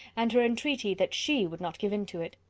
and her entreaty that she would not give in to it.